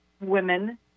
women